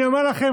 אני אומר לכם,